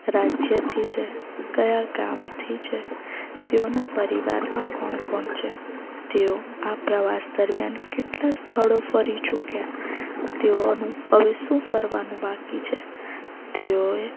રાજ્યથી છે કયા ગામથી છે તેઓના પરિવારમાં કોણ કોણ છે તેઓ આ પ્રવાસ દરમ્યાન કેટલા સ્થળો ફરી ચૂક્યા તેઓનું હવે શું ફરવાનું બાકી છે તેઓએ